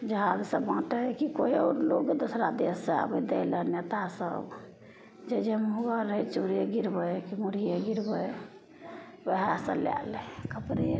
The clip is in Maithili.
झारसे बाँटय की कोइ आओर लोग तऽ दोसरा देशसँ आबय दै लए नेता सब जे जे मुँहगर रहय चूरे गिरबय की मुरहिये गिरबय वएह सब लए लै कपड़े